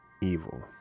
evil